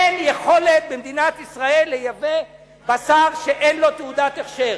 אין יכולת במדינת ישראל לייבא בשר שאין לו תעודת הכשר.